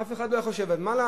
אף אחד לא היה חושב על זה.